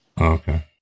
Okay